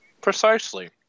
Precisely